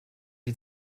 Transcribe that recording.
die